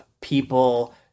people